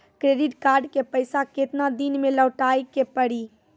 Credit card के पैसा केतना दिन मे लौटाए के पड़ी?